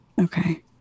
Okay